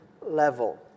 level